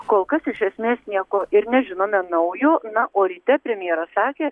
kol kas iš esmės nieko ir nežinome naujo na o ryte premjeras sakė